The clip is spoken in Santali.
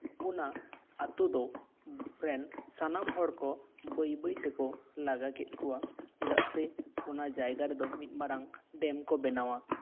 ᱚᱱᱟ ᱟᱹᱛᱩ ᱫᱚ ᱨᱮᱱ ᱥᱟᱱᱟᱢ ᱦᱚᱲ ᱠᱚ ᱵᱟᱹᱭᱼᱵᱟᱹᱭ ᱛᱮᱠᱚ ᱞᱟᱜᱟ ᱠᱮᱫ ᱠᱚᱣᱟ ᱪᱮᱫᱟᱜ ᱥᱮ ᱚᱱᱟ ᱡᱟᱭᱜᱟ ᱨᱮᱫᱚ ᱢᱤᱫ ᱢᱟᱨᱟᱝ ᱰᱮᱢ ᱠᱚ ᱵᱮᱱᱟᱣᱟ